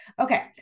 Okay